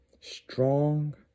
strong